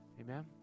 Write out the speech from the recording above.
Amen